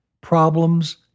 problems